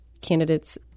candidates